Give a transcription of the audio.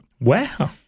Wow